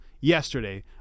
yesterday